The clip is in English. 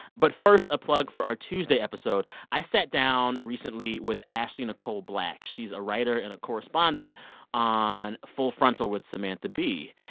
but first, a plug for our tuesday episode. i sat down recently with ashley nicole black. she's a writer and a correspondent on full frontal with samantha bee.